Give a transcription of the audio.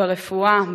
ברפואה,